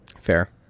Fair